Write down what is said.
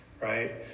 right